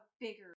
bigger